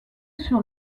sur